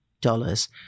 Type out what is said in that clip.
dollars